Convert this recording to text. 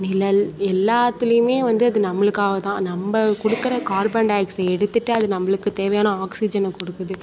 நிழல் எல்லாத்துலேயுமே வந்து அது நம்மளுக்காக தான் நம்ம கொடுக்குற கார்பன் டை ஆக்சைடை எடுத்துகிட்டு அது நம்மளுக்கு தேவையான ஆக்சிஜனை கொடுக்குது